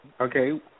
Okay